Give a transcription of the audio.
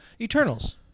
Eternals